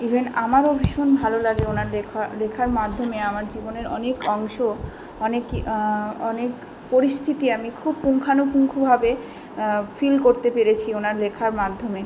even আমারও ভীষণ ভালো লাগে ওনার লেখা লেখার মাধ্যমে আমার জীবনের অনেক অংশ অনেকই অনেক পরিস্থিতি আমি খুব পুঙ্খানুপুঙ্খভাবে ফিল করতে পেরেছি ওনার লেখার মাধ্যমে